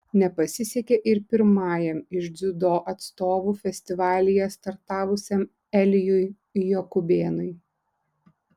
nepasisekė ir pirmajam iš dziudo atstovų festivalyje startavusiam elijui jokubėnui